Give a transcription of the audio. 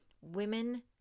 women